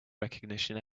recognition